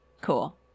Cool